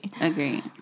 agree